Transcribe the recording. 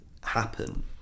happen